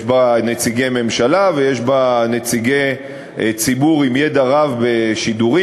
יש בה נציגי ממשלה ויש בה נציגי ציבור עם ידע רב בשידורים,